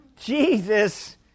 Jesus